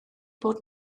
bod